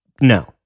No